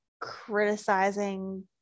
criticizing